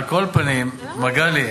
מגלי,